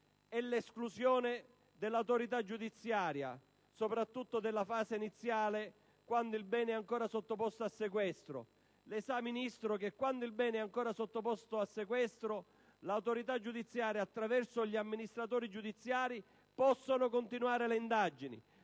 e l'esclusione dell'autorità giudiziaria, soprattutto nella fase iniziale, quando il bene è ancora sotto sequestro. Lei sa, Ministro, che quando il bene è ancora sotto sequestro l'autorità giudiziaria, attraverso gli amministratori giudiziari, può continuare l'indagine,